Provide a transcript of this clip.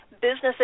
Businesses